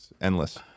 Endless